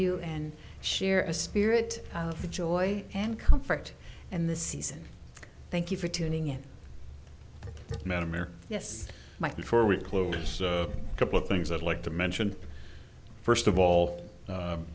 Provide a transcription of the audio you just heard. you and share a spirit of the joy and comfort and the season thank you for tuning in man america yes mike before we close a couple of things i'd like to mention first of all